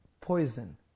poison